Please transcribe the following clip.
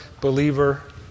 believer